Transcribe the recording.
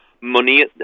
money